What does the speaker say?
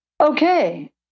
okay